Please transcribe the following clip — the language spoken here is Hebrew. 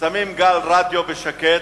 שמים גל רדיו שקט,